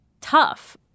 tough